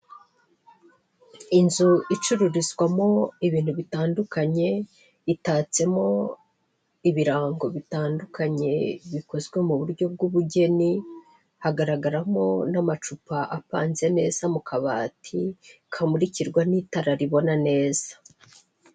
Inzu icururizwamo ibintu bitandukanye, itatsemo ibirango bitandukanye bikozwe mu buryo bw'ubugeni, hagaragaramo n'amacupa apanze neza mu kabati kamurikirwa n'itara ribona neza.